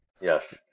Yes